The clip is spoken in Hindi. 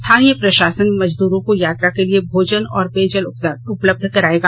स्थानीय प्रशासन मजदूरों को यात्रा के लिए भोजन और पेयजल उपलब्ध कराएगा